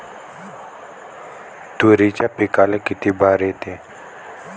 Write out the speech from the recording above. तुरीच्या पिकाले किती बार येते?